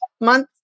month